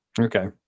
Okay